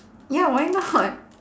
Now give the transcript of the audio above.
ya why not